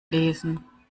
lesen